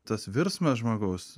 tas virsmas žmogaus